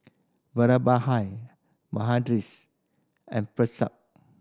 Vallabhbhai and